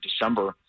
December